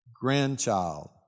grandchild